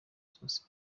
zose